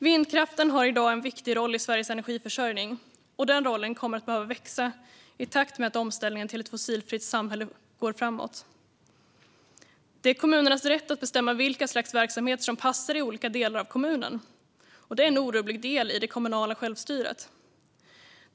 Vindkraften har i dag en viktig roll i Sveriges energiförsörjning, och den rollen kommer att behöva växa i takt med att omställningen till ett fossilfritt samhälle går framåt. Det är kommunernas rätt att bestämma vilka slags verksamheter som passar i olika delar av kommunen, och det är en orubblig del i det kommunala självstyret.